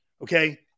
Okay